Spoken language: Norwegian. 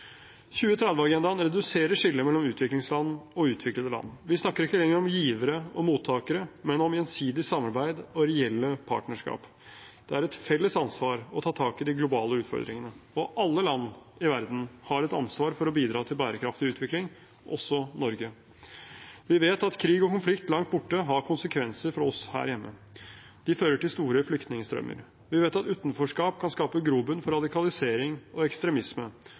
reduserer skillet mellom utviklingsland og utviklede land. Vi snakker ikke lenger om givere og mottakere, men om gjensidig samarbeid og reelle partnerskap. Det er et felles ansvar å ta tak i de globale utfordringene, og alle land i verden har et ansvar for å bidra til bærekraftig utvikling – også Norge: Vi vet at krig og konflikt langt borte har konsekvenser for oss her hjemme. De fører til store flyktningstrømmer. Vi vet at utenforskap kan skape grobunn for radikalisering og ekstremisme